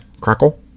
Crackle